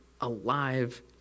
alive